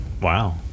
wow